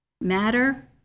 Matter